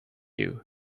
you